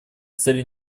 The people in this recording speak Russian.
целей